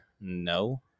No